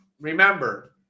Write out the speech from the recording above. remember